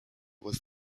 was